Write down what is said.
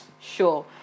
Sure